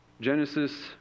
Genesis